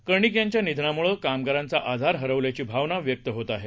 कर्णिकयांच्यानिधनामुळंकामगारांचाआधारहरवल्याचीभावनाव्यक्तहोतआहे